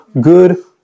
good